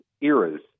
eras